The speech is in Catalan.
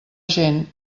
gent